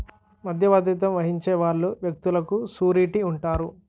మధ్యవర్తిత్వం వహించే వాళ్ళు వ్యక్తులకు సూరిటీ ఉంటారు